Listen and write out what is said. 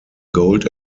gold